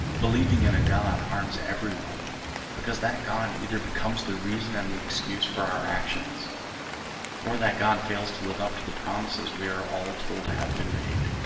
believing in a god harms everyone because that god either becomes the reason and the excuse for our actions or that god fails to live up to the promises we are all told have been made,